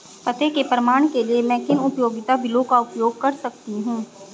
पते के प्रमाण के लिए मैं किन उपयोगिता बिलों का उपयोग कर सकता हूँ?